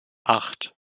acht